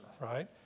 right